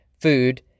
food